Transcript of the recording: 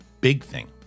BigThing